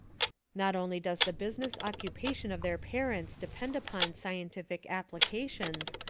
not only does the business occupation of their parents depend upon scientific applications,